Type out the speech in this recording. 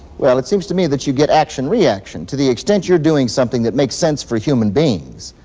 well, it seems to me that you get action, reaction. to the extent you're doing something that makes sense for human beings,